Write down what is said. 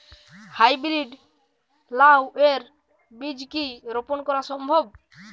High breed লাও এর বীজ কি রোপন করা সম্ভব?